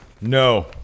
No